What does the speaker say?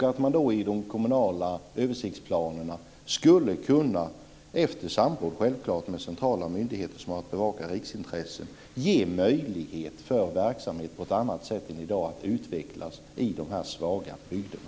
I de kommunala översiktsplanerna skulle man, självklart efter samråd med centrala myndigheter som har att bevaka riksintresset, kunna ge möjlighet för verksamhet att utvecklas på ett annat sätt än i dag i de här svaga bygderna.